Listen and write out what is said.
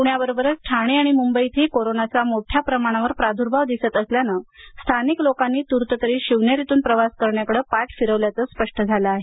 पुण्याबरोबरच ठाणे आणि मुंबईतही कोरोनाचा मोठ्या प्रमाणावर कोरोनाचा प्रादूर्भाव दिसत असल्यानं स्थानिक लोकांनी तूर्त तरी शिवनेरीतून प्रवास करण्याकडे पाठ फिरवल्याचंच स्पष्ट झालं आहे